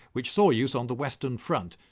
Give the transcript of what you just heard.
which saw use on the western front.